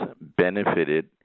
benefited